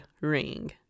ring